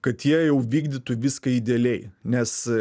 kad jie jau vykdytų viską idealiai nes